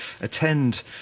attend